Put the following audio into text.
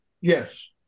Yes